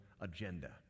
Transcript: agenda